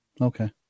Okay